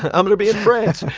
and i'm gonna be afraid